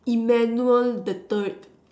emmanuel the third